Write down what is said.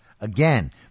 again